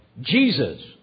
Jesus